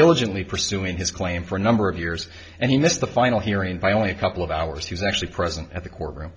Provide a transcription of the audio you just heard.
diligently pursuing his claim for a number of years and he missed the final hearing by only a couple of hours he was actually present at the courtroom